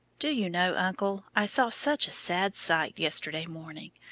do you know, uncle, i saw such a sad sight yesterday morning.